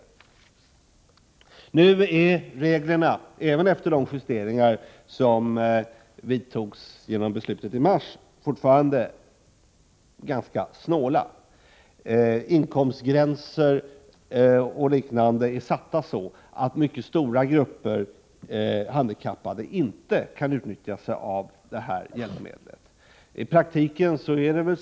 Reglerna för bilstöd åt handikappade är — även efter de justeringar som vidtogs genom riksdagsbeslutet i mars — ganska ”snåla”. Inkomstgränser och liknande är satta så att mycket stora grupper handikappade inte kan utnyttja hjälpmedlet en egen bil.